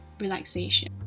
relaxation